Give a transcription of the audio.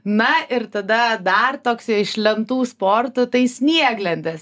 na ir tada dar toks iš lentų sportą tai snieglentės